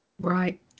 Right